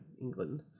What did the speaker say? England